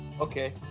Okay